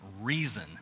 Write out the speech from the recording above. reason